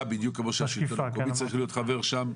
בדיוק כמו שהשלטון המקומי צריך להיות חבר שם.